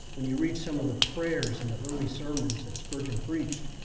when you read some of the prayers in the early sermons that spurgeon preached,